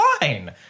fine